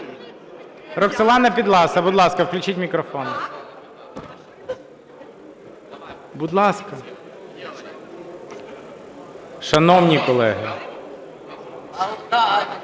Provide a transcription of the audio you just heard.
Роксолана Підласа. Будь ласка, включіть мікрофон. Будь ласка. Шановні колеги!